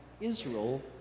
Israel